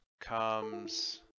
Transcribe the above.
comes